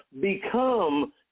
become